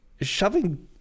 shoving